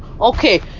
Okay